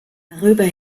darüber